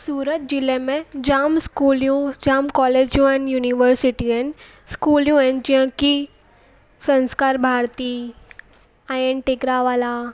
सूरत ज़िले में जामु इस्कूलूं जामु कॉलेजूं ऐं युनिवर्सिटियूं आहिनि इस्कूलूं आहिनि जीअं की संस्कार भारती आई एन टेकरा वाला